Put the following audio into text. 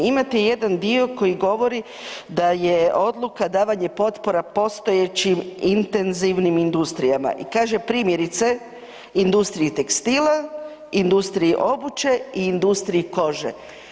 Imate jedan dio koji govori da je odluka davanje potpora postojećim intenzivnim industrijama i kaže primjerice industriji tekstila, industriji obuće i industriji kože.